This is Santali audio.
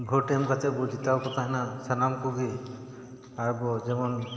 ᱵᱷᱳᱴ ᱮᱢ ᱠᱟᱛᱮᱵᱚᱱ ᱡᱤᱛᱟᱹᱣ ᱠᱚ ᱛᱟᱦᱮᱱᱟ ᱥᱟᱱᱟᱢ ᱠᱚᱜᱮ ᱟᱨᱵᱚ ᱡᱮᱢᱚᱱ